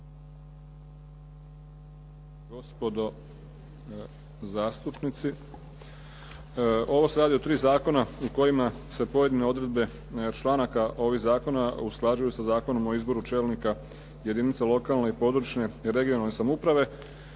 gospodo zastupnici. Ovo se radi o tri zakona u kojima se pojedine odredbe članaka ovih zakona usklađuju sa Zakonom o izboru čelnika jedinica lokalne i područne (regionalne) samouprave.